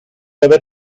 haber